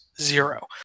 Zero